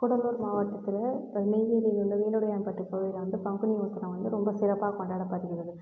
கூடலூர் மாவட்டத்தில் நெய்வேலியில் உள்ள வேலுடையான் பட்டு கோவில்ல வந்து பங்குனி உத்திரம் வந்து ரொம்ப சிறப்பாக கொண்டாடப்படுகிறது